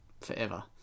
forever